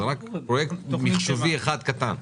זה רק פרויקט מחשובי אחד קטן.